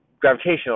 gravitational